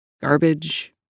garbage